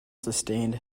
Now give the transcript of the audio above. sustained